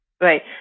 Right